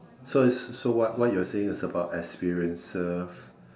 so is so what what you're saying is about experiences